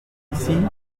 ici